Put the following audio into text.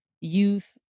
youth